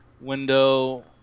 window